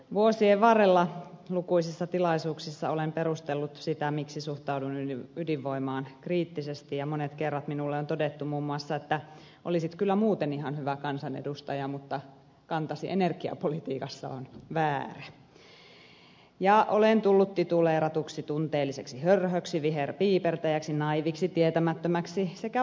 vuosien varrella lukuisissa tilaisuuksissa olen perustellut sitä miksi suhtaudun ydinvoimaan kriittisesti ja monet kerran minulle on todettu muun muassa että olisit kyllä muuten ihan hyvä kansanedustaja mutta kantasi energiapolitiikassa on väärä ja olen tullut tituleeratuksi tunteelliseksi hörhöksi viherpiipertäjäksi naiiviksi tietämättömäksi sekä vastuuttomaksi